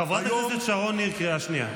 חברת הכנסת שרון ניר, קריאה שנייה.